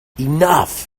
enough